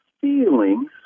feelings